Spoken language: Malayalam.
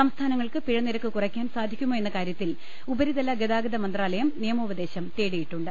സ്ഠസ്ഥാനങ്ങൾക്ക് പിഴനിരക്ക് കുറ യ്ക്കാന് സാധിക്കുമോ എന്ന് കാര്യത്തിൽ ഉപരിതല ഗതാഗത മന്ത്രാ ലയം നിയമോപദേശും തേടിയിട്ടുണ്ട്